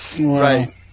Right